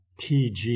TG